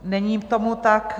Není tomu tak.